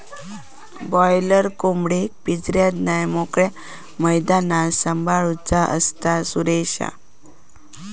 boiler कोंबडेक पिंजऱ्यात नाय मोकळ्या मैदानात सांभाळूचा असता, सुरेशा